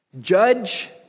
Judge